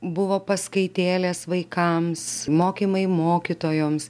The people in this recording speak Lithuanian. buvo paskaitėlės vaikams mokymai mokytojoms